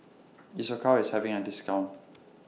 Isocal IS having A discount